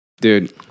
dude